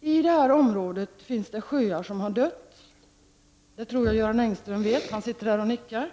I det aktuella området finns det sjöar som har dött. Det tror jag Göran Engström också vet. Han sitter i sin bänk och nickar.